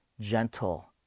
gentle